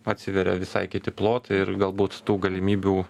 atsiveria visai kiti plotai ir galbūt tų galimybių